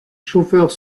chauffeurs